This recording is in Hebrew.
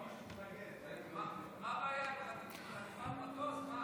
מה הבעיה, חטיפת מטוס?